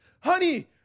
Honey